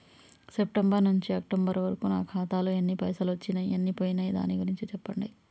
September నుంచి October వరకు నా ఖాతాలో ఎన్ని పైసలు వచ్చినయ్ ఎన్ని పోయినయ్ దాని గురించి చెప్పండి?